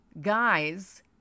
guys